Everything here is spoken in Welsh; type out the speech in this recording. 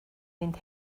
mynd